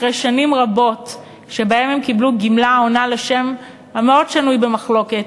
אחרי שנים רבות שבהן הם קיבלו גמלה העונה לשם המאוד-שנוי במחלוקת,